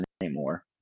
anymore